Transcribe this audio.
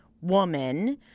woman